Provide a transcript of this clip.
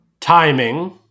timing